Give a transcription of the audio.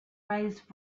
raised